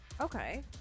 Okay